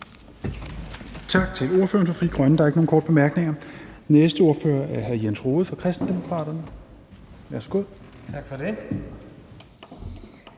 Tak til ordføreren for Frie Grønne. Der er ikke nogen korte bemærkninger. Den næste ordfører er hr. Jens Rohde fra Kristendemokraterne. Værsgo. Kl.